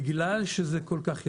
בגלל שזה כל כך יקר,